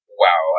wow